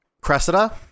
Cressida